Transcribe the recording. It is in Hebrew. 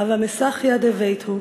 הוה מסכיא דביתהו: